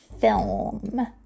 film